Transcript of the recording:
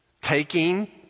taking